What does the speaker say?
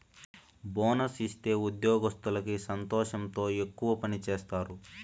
bonus ఇత్తే ఉద్యోగత్తులకి సంతోషంతో ఎక్కువ పని సేత్తారు